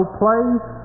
place